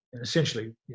essentially